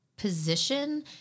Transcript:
position